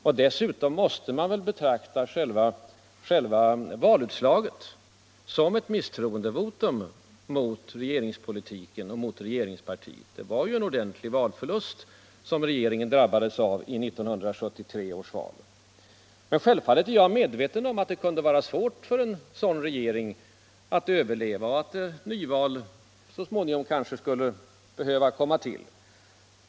Och dessutom måste man väl betrakta själva valutslaget som ett misstroendevotum mot regeringspolitiken och mot regeringspartiet. Det var ju en allvarlig valförlust som regeringen drabbades av i 1973 års val. Självfallet är jag medveten om att det kunde vara svårt för en sådan regering att överleva och att ett nyval så småningom kanske skulle behöva tillgripas.